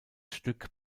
stück